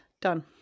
done